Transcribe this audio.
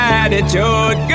attitude